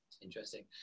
Interesting